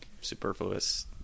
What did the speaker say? superfluous